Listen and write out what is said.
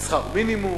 שכר מינימום,